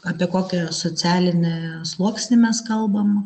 apie kokį socialinį sluoksnį mes kalbam